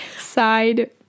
side